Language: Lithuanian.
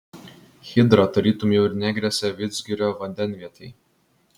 hidra tarytum jau ir negresia vidzgirio vandenvietei